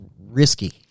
risky